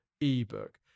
ebook